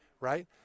right